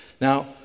Now